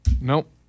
Nope